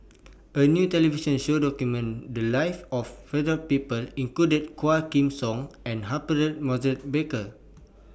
A New television Show documented The Lives of various People included Quah Kim Song and Humphrey Morrison Burkill